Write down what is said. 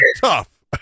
tough